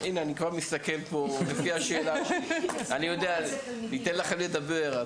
אני שמח שאתם פה ואני אתן לכם לדבר.